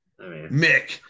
Mick